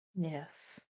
Yes